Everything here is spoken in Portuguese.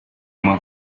uma